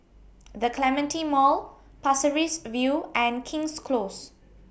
The Clementi Mall Pasir Ris View and King's Close